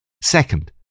Second